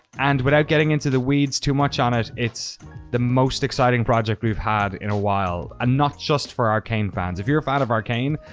and without getting into the weeds too much on it, it's the most exciting project we've had in a while, and ah not just for arkane fans. if you're a fan of arkane,